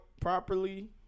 properly